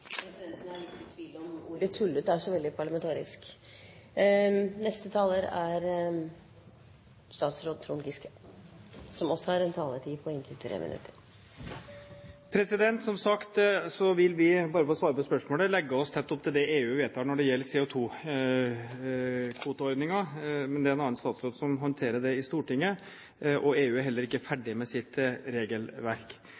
Presidenten er litt i tvil om ordet «tullete» er så veldig parlamentarisk. Som sagt – bare for å svare på spørsmålet – vil vi legge oss tett opptil det EU vedtar når det gjelder CO2-kvoteordningen. Men det er en annen statsråd som håndterer det i Stortinget. EU er heller ikke